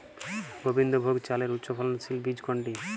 গোবিন্দভোগ চালের উচ্চফলনশীল বীজ কোনটি?